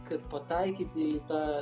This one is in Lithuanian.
kad pataikyti į tą